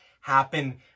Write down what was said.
happen